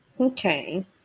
Okay